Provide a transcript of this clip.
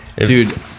Dude